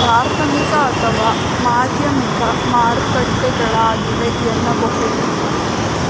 ಪ್ರಾಥಮಿಕ ಅಥವಾ ಮಾಧ್ಯಮಿಕ ಮಾರುಕಟ್ಟೆಗಳಾಗಿವೆ ಎನ್ನಬಹುದು